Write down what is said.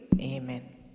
Amen